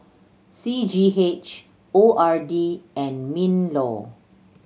C G H O R D and MinLaw